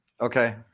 Okay